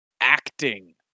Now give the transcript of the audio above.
acting